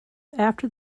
after